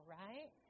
right